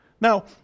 Now